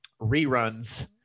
reruns